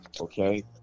Okay